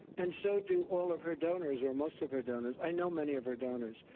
and so do all of her donors, or most of her donors. i know many of her donors.